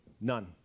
None